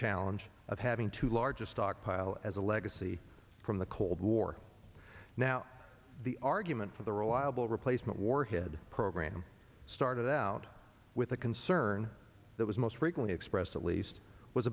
challenge of having two largest stockpile as a legacy from the cold war now the argument for the reliable replacement warhead program started out with a concern that was most frequent expressively east was